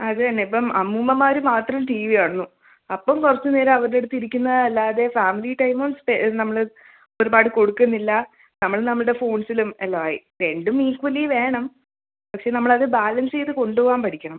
അത് തന്നെ ഇപ്പം അമ്മൂമ്മമാർ മാത്രം ടി വി കാണുന്നു അപ്പം കുറച്ചു നേരം അവരുടെ അടുത്തിരിക്കുന്ന അല്ലാതെ ഫാമിലി ടൈമ് നമ്മൾ ഒരുപാട് കൊടുക്കുന്നില്ല നമ്മൾ നമ്മളുടെ ഫോൺസിലും എല്ലാമായി രണ്ടും ഈക്വലി വേണം പക്ഷെ നമ്മളത് ബാലൻസ് ചെയ്ത് കൊണ്ടുപോവാൻ പഠിക്കണം